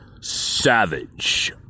Savage